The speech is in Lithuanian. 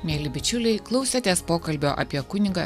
mieli bičiuliai klausėtės pokalbio apie kunigą